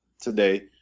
today